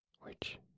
Which